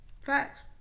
Facts